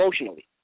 emotionally